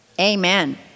Amen